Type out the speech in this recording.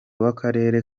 w’akarere